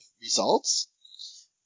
results